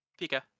Pika